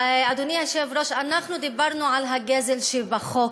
אדוני היושב-ראש, אנחנו דיברנו על הגזל שבחוק,